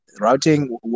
routing